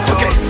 Okay